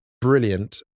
brilliant